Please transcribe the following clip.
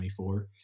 2024